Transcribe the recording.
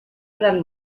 gran